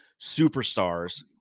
superstars